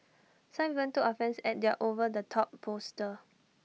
some even took offence at their over the top poster